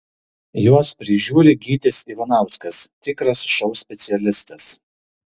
juos prižiūri gytis ivanauskas tikras šou specialistas